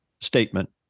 statement